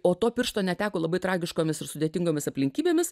o to piršto neteko labai tragiškomis ir sudėtingomis aplinkybėmis